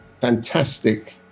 fantastic